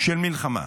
של מלחמה,